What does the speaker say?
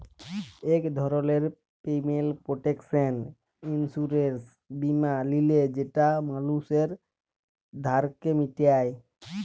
ইক ধরলের payment protection insurance বীমা লিলে যেট মালুসের ধারকে মিটায়